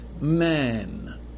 man